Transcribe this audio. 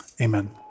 Amen